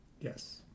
Yes